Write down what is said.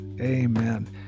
Amen